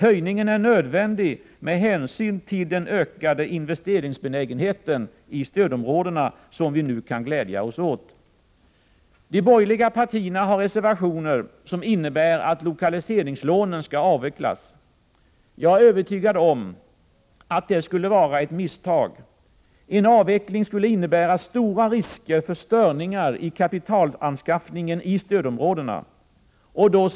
Höjningen är nödvändig med hänsyn till den ökade investeringsbenägenhet i stödområdena som vi nu kan glädja oss åt. De borgerliga partierna har reservationer som innebär att lokaliseringslånen skall avvecklas. Jag är övertygad om att det skulle vara ett misstag. En avveckling skulle innebära stora risker för störningar i kapitalanskaffningen i stödområdena.